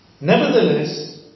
Nevertheless